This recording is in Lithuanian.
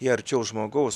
jie arčiau žmogaus